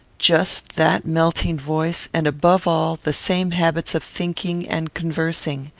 just that melting voice, and, above all, the same habits of thinking and conversing.